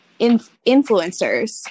influencers